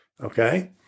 Okay